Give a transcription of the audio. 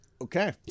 Okay